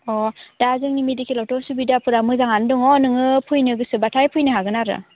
अ दा जोंनि मेडिकेलावथ' सुबिदाफोरा मोजाङानो दङ नोङो फैनो गोसोबाथाय फैनो हागोन आरो